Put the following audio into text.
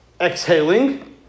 exhaling